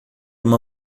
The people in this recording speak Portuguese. uma